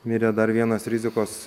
mirė dar vienas rizikos